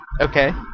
Okay